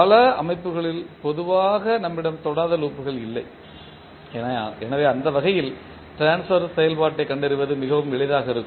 பல அமைப்புகளில் பொதுவாக நம்மிடம் தொடாத லூப்கள் இல்லை எனவே அந்த வகையில் ட்ரான்ஸ்பர் செயல்பாட்டைக் கண்டறிவது இது மிகவும் எளிதாக இருக்கும்